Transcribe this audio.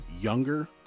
younger